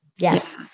Yes